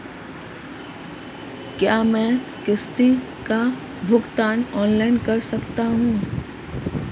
क्या मैं किश्तों का भुगतान ऑनलाइन कर सकता हूँ?